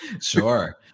Sure